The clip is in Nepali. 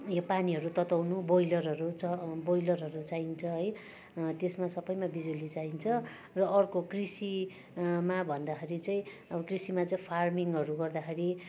यहाँ पानीहरू चलाउनु बोइलरहरू च बोइलरहरू चाहिन्छ है त्यसमा सबैमा बिजुली चाहिन्छ र अर्को कृषि मा भन्दाखेरि चाहिँ अब कृषिमा चाहिँ फार्मिङहरू गर्दाखेरि